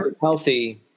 healthy –